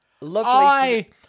Lovely